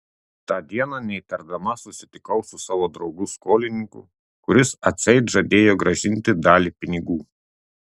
tą dieną neįtardama susitikau su savo draugu skolininku kuris atseit žadėjo grąžinti dalį pinigų